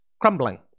crumbling